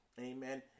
amen